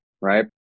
right